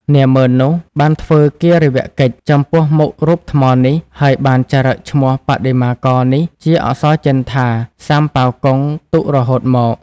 នាហ្មឺននោះ បានធ្វើគារវកិច្ចចំពោះមុខរូបថ្មនេះ ហើយបានចារឹកឈ្មោះបដិមាករនេះជាអក្សរចិនថា សាមប៉ាវកុង ទុករហូតមក ។